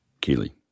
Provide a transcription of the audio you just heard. Keely